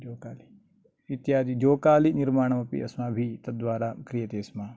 इत्यादि जोकाली निर्माणमपि अस्माभि तद्वारा क्रियते स्म